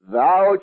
Thou